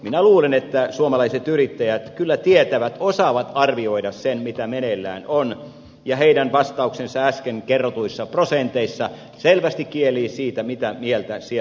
minä luulen että suomalaiset yrittäjät kyllä tietävät osaavat arvioida sen mitä meneillään on ja heidän vastauksensa äsken kerrotuissa prosenteissa selvästi kielii siitä mitä mieltä siellä ollaan